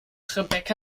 rebecca